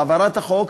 בהעברת החוק,